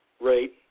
rate